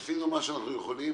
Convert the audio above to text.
עשינו מה שאנחנו יכולים.